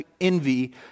envy